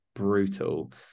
brutal